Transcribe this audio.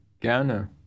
Gerne